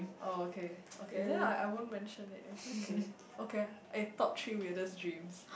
oh okay okay then I I won't mention it it's okay okay eh top three weirdest dreams